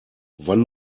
wann